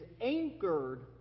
anchored